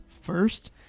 first